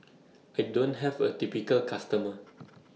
I don't have A typical customer